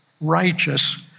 righteous